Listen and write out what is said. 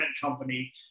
company